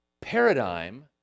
paradigm